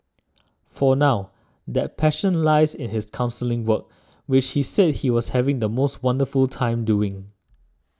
for now that passion lies in his counselling work which he said he was having the most wonderful time doing